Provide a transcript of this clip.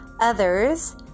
others